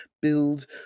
build